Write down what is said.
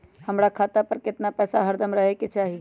हमरा खाता पर केतना पैसा हरदम रहे के चाहि?